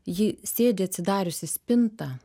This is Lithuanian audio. ji sėdi atsidariusi spintą